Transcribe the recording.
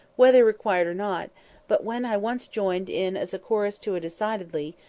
whether required or not but when i once joined in as chorus to a decidedly,